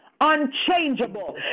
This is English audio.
unchangeable